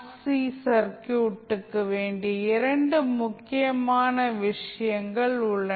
C சர்க்யூடுக்கு வேண்டிய இரண்டு முக்கிய விஷயங்கள் உள்ளன